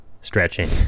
stretching